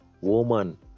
woman